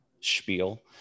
spiel